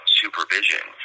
supervision